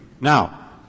Now